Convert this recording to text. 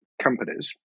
companies